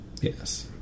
Yes